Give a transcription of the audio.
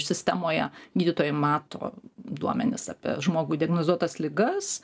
sistemoje gydytojai mato duomenis apie žmogų diagnozuotas ligas